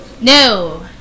No